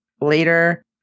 later